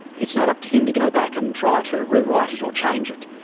it's not up to him to go back and try to rewrite it or change it.